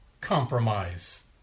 compromise